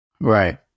Right